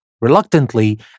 Reluctantly